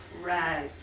red